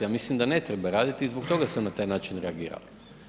Ja mislim da ne treba raditi i zbog toga sam na taj način reagirao.